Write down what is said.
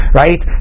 right